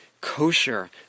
kosher